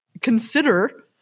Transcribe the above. consider